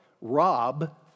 Rob